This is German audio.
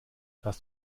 hast